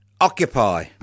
occupy